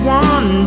one